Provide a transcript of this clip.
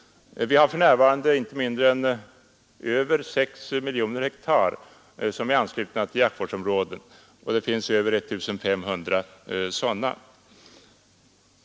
För närvarande är mer än 6 miljoner hektar anslutna till jaktvårdsområden, och det finns över 1 500 sådana.